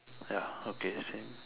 ya okay same